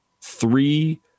Three